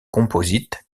composites